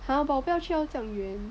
!huh! but 我不要去到这样远